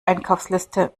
einkaufsliste